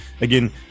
Again